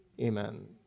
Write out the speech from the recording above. Amen